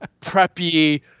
preppy